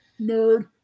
Nerd